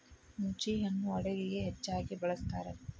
ಹುಂಚಿಹಣ್ಣು ಅಡುಗೆಗೆ ಹೆಚ್ಚಾಗಿ ಬಳ್ಸತಾರ